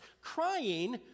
crying